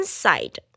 side